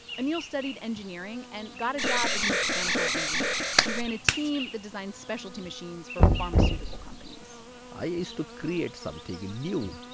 anil studied engineering and got a job as a mechanical engineer. he ran a team that designed specialty machines for pharmaceutical companies i used to create something new,